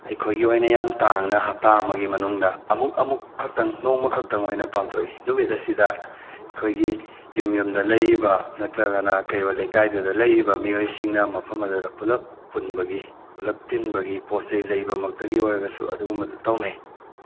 ꯑꯩꯈꯣꯏꯒꯤ ꯑꯣꯏꯅ ꯌꯥꯝ ꯇꯥꯡꯅ ꯍꯞꯇꯥ ꯑꯃꯒꯤ ꯃꯅꯨꯡꯗ ꯑꯃꯨꯛ ꯑꯃꯨꯛ ꯈꯛꯇꯪ ꯅꯣꯡꯃꯈꯛꯇꯪ ꯑꯣꯏꯅ ꯄꯥꯡꯊꯣꯛꯏ ꯅꯨꯃꯤꯠ ꯑꯁꯤꯗ ꯑꯩꯈꯣꯏꯒꯤ ꯌꯨꯝ ꯌꯨꯝꯗ ꯂꯩꯔꯤꯕ ꯅꯠꯇ꯭ꯔꯒꯅ ꯀꯩꯔꯣꯏ ꯂꯩꯀꯥꯏꯗꯨꯗ ꯂꯩꯔꯤꯕ ꯃꯤꯑꯣꯏꯁꯤꯡꯅ ꯃꯐꯝ ꯑꯗꯨꯗ ꯄꯨꯂꯞ ꯄꯨꯟꯕꯒꯤ ꯄꯨꯂꯞ ꯇꯤꯟꯕꯒꯤ ꯄꯣꯠ ꯆꯩ ꯂꯩꯕꯃꯛꯇꯒꯤ ꯑꯣꯏꯔꯒꯁꯨ ꯑꯗꯨꯒꯨꯝꯕꯗꯨ ꯇꯧꯅꯩ